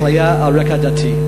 אפליה על רקע דתי.